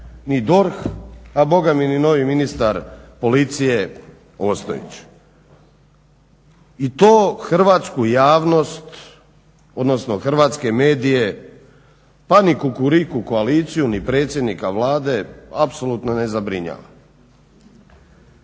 ni DORH, a boga mi ni novi ministar policije Ostojić. I to hrvatsku javnost, odnosno hrvatske medije, pa ni Kukuriku koaliciju, ni predsjednika Vlade apsolutno ne zabrinjava.